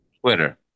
Twitter